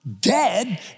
dead